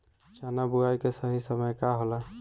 चना बुआई के सही समय का होला?